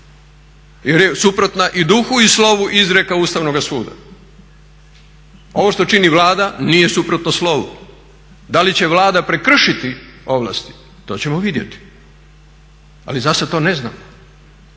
Jer je suprotna i duhu i slovu izrijeka Ustavnoga suda. Ovo što čini Vlada nije suprotno slovu. Da li će Vlada prekršiti ovlasti? To ćemo vidjeti. Ali zasad to ne znamo,